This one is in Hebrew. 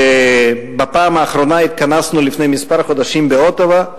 בפעם האחרונה התכנסנו לפני כמה חודשים באוטווה,